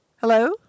Hello